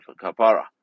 Kapara